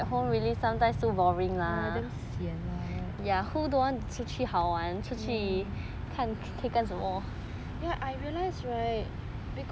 ya damn sian ah ya I realise right because